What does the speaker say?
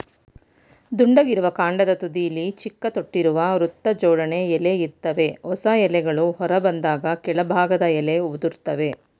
ದುಂಡಗಿರುವ ಕಾಂಡದ ತುದಿಲಿ ಚಿಕ್ಕ ತೊಟ್ಟಿರುವ ವೃತ್ತಜೋಡಣೆ ಎಲೆ ಇರ್ತವೆ ಹೊಸ ಎಲೆಗಳು ಹೊರಬಂದಾಗ ಕೆಳಭಾಗದ ಎಲೆ ಉದುರ್ತವೆ